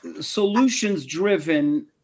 solutions-driven